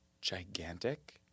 gigantic